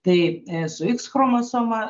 tai su iks chromosoma